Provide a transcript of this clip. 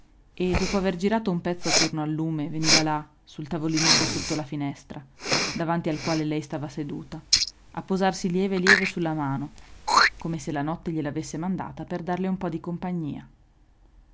e dopo aver girato un pezzo attorno al lume veniva là sul tavolinetto sotto la finestra davanti al quale lei stava seduta a posarlesi lieve lieve sulla mano come se la notte gliel'avesse mandata per darle un po di compagnia